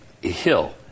hill